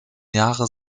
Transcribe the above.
jahre